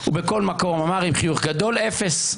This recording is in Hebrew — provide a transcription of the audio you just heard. הוא בכל מקום אמר עם חיוך גדול "אפס".